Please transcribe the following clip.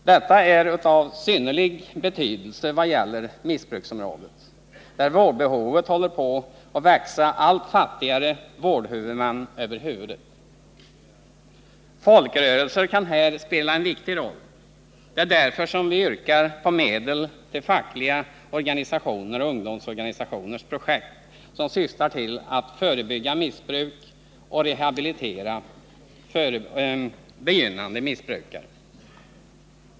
Detta är av synnerligen stor betydelse vad gäller missbruksområdet, där vårdbehovet håller på att växa allt fattigare vårdhuvudmän över huvudet. Folkrörelser kan här spela en viktig roll. Det är därför som vi yrkar på medel till fackliga organisationers och ungdomsorganisationers projekt som syftar till att förebygga missbruk och rehabilitera begynnande missbrukare.